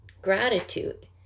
gratitude